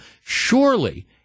Surely